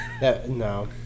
No